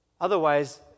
otherwise